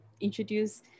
introduce